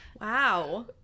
Wow